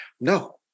No